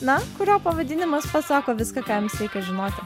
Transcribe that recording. na kurio pavadinimas pasako viską ką jums reikia žinoti